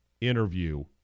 interview